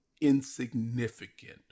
insignificant